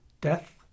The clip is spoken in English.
death